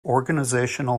organizational